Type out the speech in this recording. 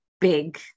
big